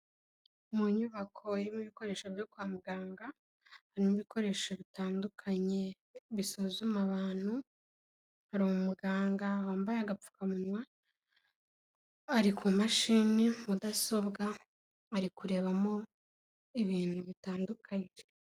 Mu nyubako irimo ibikoresho byo kwa muganga, harimo ibikoresho bitandukanye bisuzuma abantu, hari umuganga wambaye agapfukamunwa, ari ku mashini mudasobwa ari kurebamo ibintu bitandukanye.